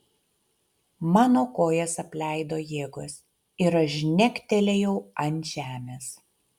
mano kojas apleido jėgos ir aš žnegtelėjau ant žemės